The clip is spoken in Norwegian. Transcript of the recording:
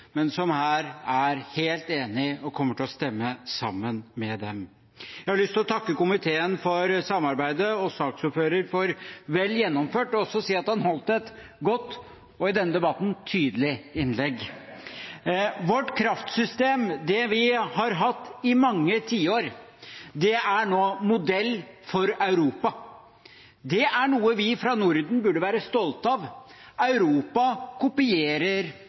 men som her er helt enig og kommer til å stemme sammen med det. Jeg har lyst til å takke komiteen for samarbeidet og takke saksordføreren for vel gjennomført, og også si at han holdt et godt og – i denne debatten – tydelig innlegg. Vårt kraftsystem, det vi har hatt i mange tiår, er nå modell for Europa. Det er noe vi fra Norden burde være stolte av, Europa kopierer